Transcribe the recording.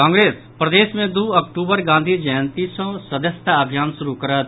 कांग्रेस प्रदेश मे दू अक्टूबर गांधी जयंती सॅ सदस्यता अभियान शुरू करत